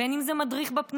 בין אם זה מדריך בפנימייה,